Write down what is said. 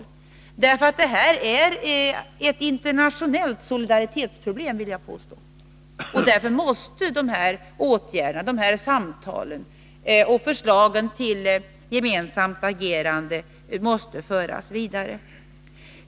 Jag vill nämligen påstå att det här är ett internationellt solidaritetsproblem, och därför måste samtalen och förslagen till gemensamt agerande föras vidare.